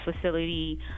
facility